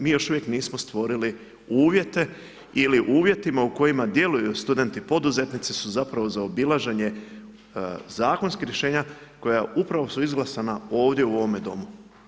Mi još uvijek nismo stvorili uvjete, ili uvjetima u kojima djeluju studenti poduzetnici, su zapravo zaobilaženje zakonskih rješenja, koja upravo su izglasana ovdje u ovome Domu.